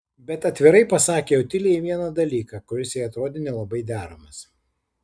bet atvirai pasakė otilijai vieną dalyką kuris jai atrodė nelabai deramas